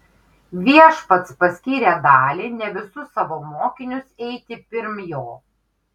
viešpats paskyrė dalį ne visus savo mokinius eiti pirm jo